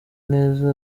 neza